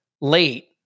late